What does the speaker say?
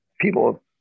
people